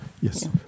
Yes